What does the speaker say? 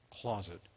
closet